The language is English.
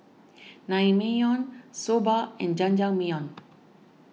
Naengmyeon Soba and Jajangmyeon